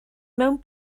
mewn